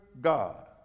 God